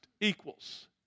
equals